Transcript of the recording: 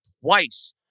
twice